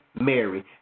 Mary